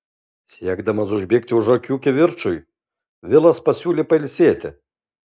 siekdamas užbėgti už akių kivirčui vilas pasiūlė pailsėti